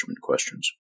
questions